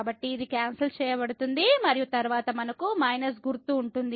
కాబట్టి ఇది క్యాన్సల్ చేయబడుతుంది మరియు తరువాత మనకు మైనస్ గుర్తు ఉంటుంది